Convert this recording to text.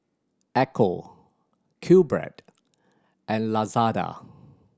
Ecco QBread and Lazada